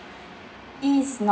is not